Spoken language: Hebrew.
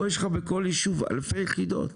פה יש לך בכל ישוב אלפי יחידות.